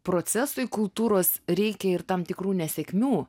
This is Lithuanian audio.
procesui kultūros reikia ir tam tikrų nesėkmių